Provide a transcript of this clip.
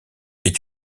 est